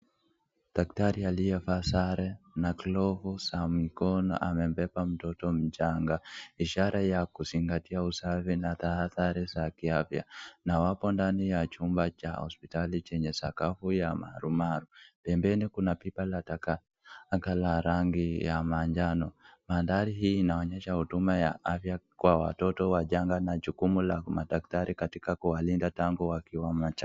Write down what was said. Daktari aliyevaa sare na glovu za mkono amembeba mtoto mchanga .Ishara ya kuzingatia usafi na hadhari za kiafya na wako ndani ya chumba cha hospitali chenye sakafu ya marumaru, pembeni kuna pipa la takataka la rangi ya manjano. Mandhari hii inaonyesha huduma ya afya kwa watoto wachanga na jukumu la madaktari katika kuwalinda tangu wakiwa wachanga.